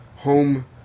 Home